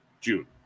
June